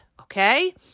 Okay